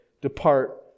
depart